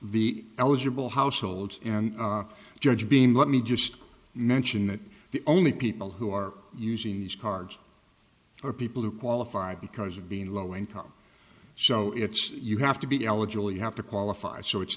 the eligible households and judge being let me just mention that the only people who are using these cards are people who qualify because of being low income so it's you have to be eligible you have to qualify so it's